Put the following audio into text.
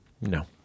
No